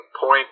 point